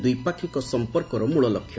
ଦ୍ୱିପାକ୍ଷିକ ସମ୍ପର୍କର ମଳଲକ୍ଷ୍ୟ